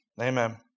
Amen